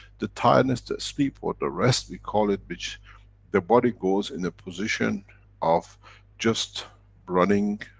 the tiredness, the sleep or the rest we call it, which the body goes in a position of just running,